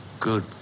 Good